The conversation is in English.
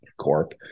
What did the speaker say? Corp